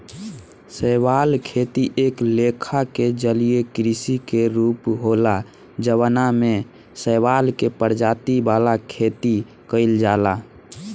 शैवाल खेती एक लेखा के जलीय कृषि के रूप होला जवना में शैवाल के प्रजाति वाला खेती कइल जाला